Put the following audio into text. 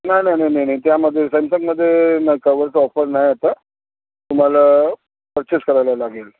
नाही नाही नाही नाही नाही त्यामध्ये सॅमसंगमध्ये ना कवरचं ऑफर नाही आता तुम्हाला पर्चेस करायला लागेल